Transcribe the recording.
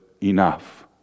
enough